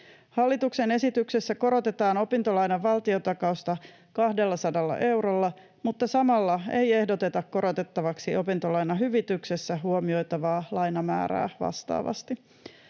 Hallituksen esityksessä korotetaan opintolainan valtiontakausta 200 eurolla, mutta samalla ei ehdoteta korotettavaksi opintolainahyvityksessä huomioitavaa lainamäärää vastaavasti.